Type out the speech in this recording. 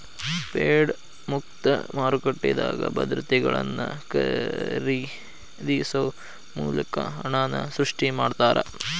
Fed ಮುಕ್ತ ಮಾರುಕಟ್ಟೆದಾಗ ಭದ್ರತೆಗಳನ್ನ ಖರೇದಿಸೊ ಮೂಲಕ ಹಣನ ಸೃಷ್ಟಿ ಮಾಡ್ತಾರಾ